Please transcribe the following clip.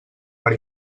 per